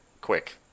Quick